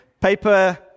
paper